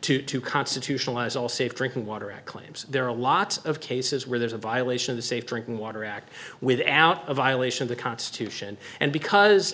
to to constitutional as all safe drinking water act claims there are a lot of cases where there's a violation of the safe drinking water act without a violation of the constitution and because